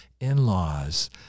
in-laws